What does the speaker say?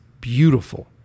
beautiful